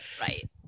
Right